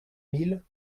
mille